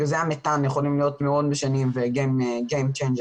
גזי המתאן יכולים להיות מאוד משנים וגיים צ'נג'ר